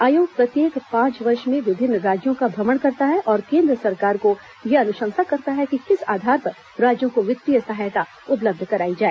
आयोग प्रत्येक पांच वर्ष भें विभिन्न राज्यों का भ्रमण करता है और केन्द्र सरकार को यह अनुशंसा करता है कि किस आधार पर राज्यों को वित्तीय सहायता उपलब्ध कराई जाए